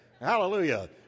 Hallelujah